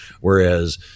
whereas